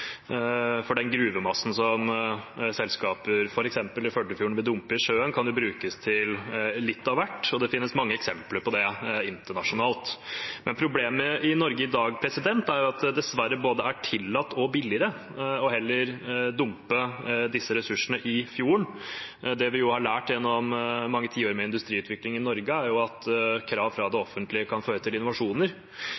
Den gruvemassen som selskaper, f.eks. i Førdefjorden, vil dumpe i sjøen, kan brukes til litt av hvert, og det finnes mange eksempler på det internasjonalt. Men problemet i Norge i dag er at det dessverre både er tillatt og billigere heller å dumpe disse ressursene i fjorden. Det vi har lært gjennom mange tiår med industriutvikling i Norge, er at krav fra det